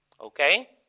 okay